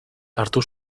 hartu